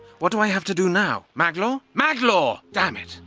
what do i have to do now? maglor? maglor! dammit!